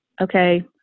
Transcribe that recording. okay